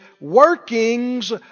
workings